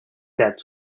debt